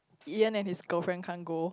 Yi-Yen and his girlfriend can't go